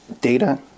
data